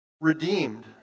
Redeemed